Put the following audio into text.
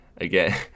again